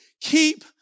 Keep